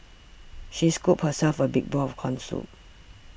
she scooped herself a big bowl of Corn Soup